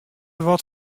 wat